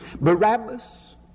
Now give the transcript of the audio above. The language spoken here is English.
Barabbas